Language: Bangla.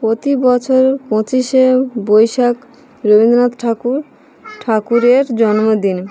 প্রতি বছর পঁচিশে বৈশাখ রবীন্দ্রনাথ ঠাকুর ঠাকুরের জন্মদিন